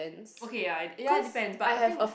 okay ya ya it depends but I think